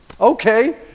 okay